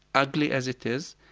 ugly as it is.